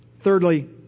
Thirdly